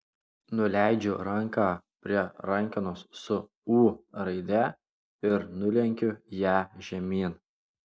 nuleidžiu ranką prie rankenos su ū raide ir nulenkiu ją žemyn